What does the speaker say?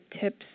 tips